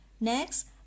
Next